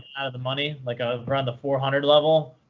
the money, like ah around the four hundred level?